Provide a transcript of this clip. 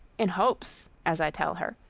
in hopes, as i tell her,